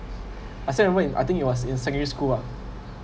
I still remember it I think it was in secondary school ah